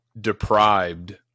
deprived